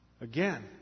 Again